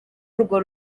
urwo